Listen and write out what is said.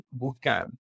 bootcamp